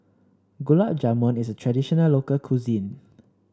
Gulab Jamun is a traditional local cuisine